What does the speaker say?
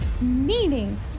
Meaning